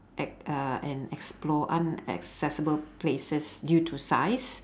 e~ uh and explore unaccessible places due to size